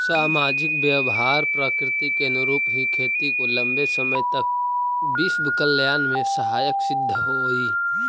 सामाजिक व्यवहार प्रकृति के अनुरूप ही खेती को लंबे समय तक विश्व कल्याण में सहायक सिद्ध होई